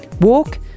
Walk